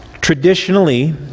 traditionally